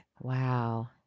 Wow